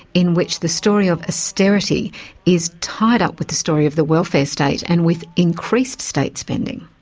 in which the story of so austerity is tied up with the story of the welfare state and with increased state spending.